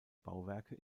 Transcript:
bauwerke